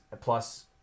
plus